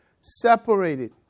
separated